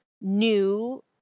new